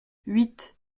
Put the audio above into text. huit